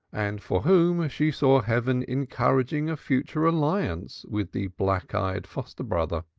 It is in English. and for whom she saw heaven encouraging a future alliance with the black-eyed foster brother.